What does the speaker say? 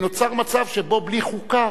נוצר מצב שבו בלי חוקה,